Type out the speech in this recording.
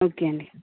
okay అండి